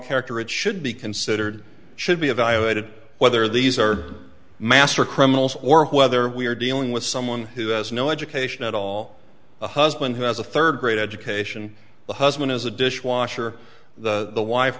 character it should be considered should be evaluated whether these are master criminals or whether we are dealing with someone who has no education at all a husband who has a third grade education the husband is a dishwasher the